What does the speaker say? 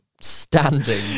Standing